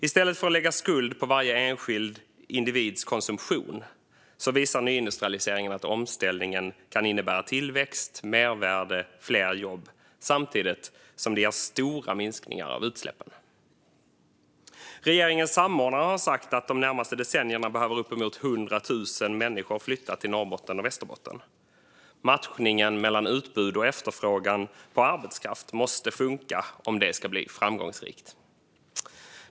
I stället för att lägga skuld på varje enskild individs konsumtion visar nyindustrialiseringen att omställningen kan innebära tillväxt, mervärde och fler jobb samtidigt som den leder till stora minskningar av utsläppen. Regeringens samordnare har sagt att de närmaste decennierna behöver uppemot 100 000 människor flytta till Norrbotten och Västerbotten. Matchningen mellan utbud och efterfrågan på arbetskraft måste funka om det ska bli framgångsrikt.